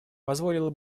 позволило